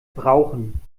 brauchen